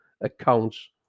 accounts